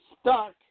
stuck